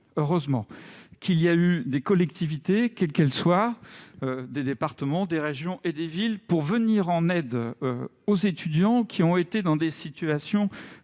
la pandémie, il y a eu des collectivités, quelles qu'elles soient- des départements, des régions et des villes -, pour venir en aide aux étudiants, qui se trouvaient dans des situations parfois